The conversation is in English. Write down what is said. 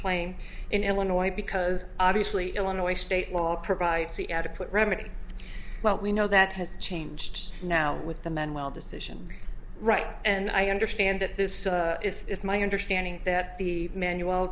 claim in illinois because obviously illinois state law provides the adequate remedy well we know that has changed now with the man well decision right and i understand that this is my understanding that the manual